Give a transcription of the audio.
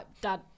Dad